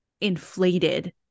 inflated